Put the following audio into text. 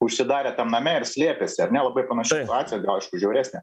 užsidarė tam name ir slėpėsi ar ne labai panaši situacija gal aišku žiauresnė